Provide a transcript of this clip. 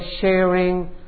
sharing